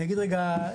אני רגע,